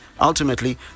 Ultimately